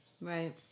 Right